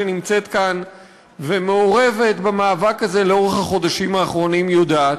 שנמצאת כאן ומעורבת במאבק הזה בחודשים האחרונים יודעת,